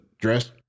dress